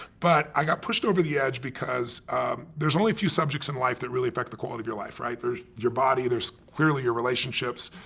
but i got pushed over the edge because there's only a few subjects in life that really affect the quality of your life. right? there's your body, there's clearly your relationships,